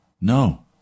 no